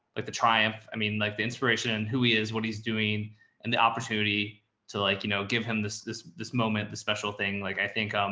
like the triumph, i mean, like the inspiration, who he is, what he's doing and the opportunity to like, you know, give him this, this, this moment, the special thing. like i think,